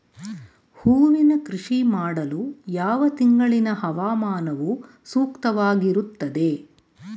ಹೂವಿನ ಕೃಷಿ ಮಾಡಲು ಯಾವ ತಿಂಗಳಿನ ಹವಾಮಾನವು ಸೂಕ್ತವಾಗಿರುತ್ತದೆ?